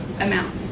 amount